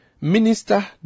Minister